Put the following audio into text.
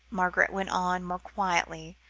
margaret went on, more quietly,